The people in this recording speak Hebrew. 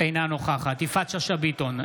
אינה נוכחת יפעת שאשא ביטון,